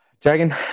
Dragon